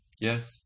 Yes